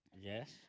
Yes